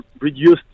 reduced